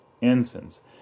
incense